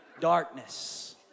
Darkness